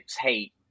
hate